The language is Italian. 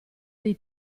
dei